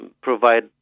provide